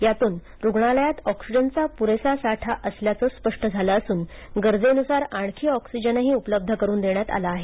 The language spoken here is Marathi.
त्यातून रुग्णालयात ऑक्सिजनचा पुरेसा साठा असल्याचं स्पष्ट झालं असून गरजेनुसार आणखी ऑक्सिजनही उपलब्ध करून देण्यात आला आहे